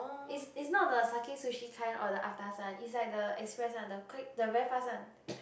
it's it's not the Sakae Sushi kind or the altas it's like the express one the click the very fast one